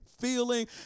feeling